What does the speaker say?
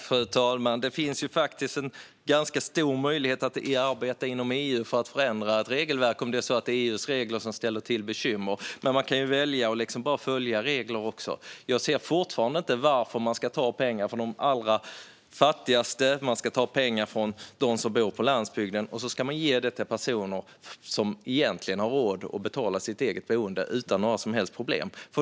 Fru talman! Det finns faktiskt en ganska stor möjlighet att arbeta inom EU för att förändra ett regelverk om det är EU:s regler som ställer till med bekymmer. Men man kan ju också välja att bara följa regler. Jag ser fortfarande inte varför man ska ta pengar från de allra fattigaste, ta pengar från dem som bor på landsbygden, och ge dem till personer som egentligen har råd att betala sitt boende utan några som helst problem.